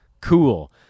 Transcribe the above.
Cool